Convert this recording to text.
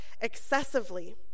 excessively